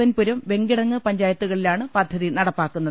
N പുരം വെങ്കിടങ്ങ് പഞ്ചായത്തുകളിലാണ് പദ്ധതി നടപ്പാക്കുന്നത്